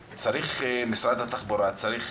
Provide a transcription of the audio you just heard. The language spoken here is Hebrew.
משרד התחבורה צריך